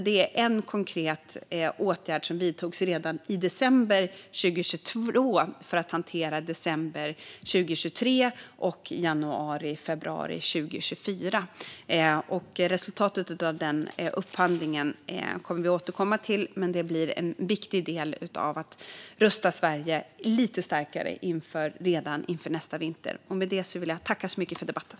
Det är en konkret åtgärd som vidtogs redan i december 2022 för att hantera december 2023 och januari och februari 2024. Resultatet av upphandlingen kommer vi att återkomma till. Men den blir en viktig del i att rusta Sverige lite starkare redan inför nästa vinter. Med det vill jag tacka för debatten.